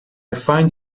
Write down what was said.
find